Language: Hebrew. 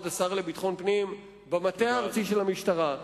השר לביטחון פנים במטה הארצי של המשטרה,